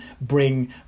bring